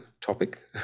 topic